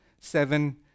seven